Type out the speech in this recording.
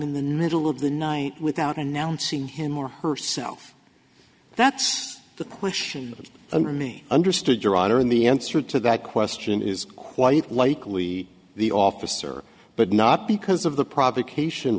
in the needle of the night without announcing him or herself that's the question of under me understood your honor in the answer to that question is quite likely the officer but not because of the provocation